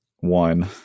one